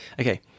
Okay